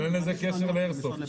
אין לזה קשר לאיירסופט.